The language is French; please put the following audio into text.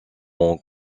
ont